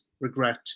regret